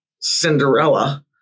Cinderella